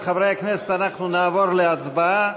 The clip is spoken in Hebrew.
חברי הכנסת, אנחנו נעבור להצבעה.